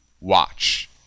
watch